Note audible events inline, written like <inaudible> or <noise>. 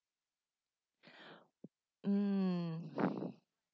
<breath> mm